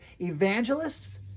evangelists